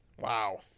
Wow